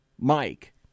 Mike